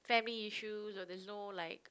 family issues or there's no like